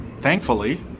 thankfully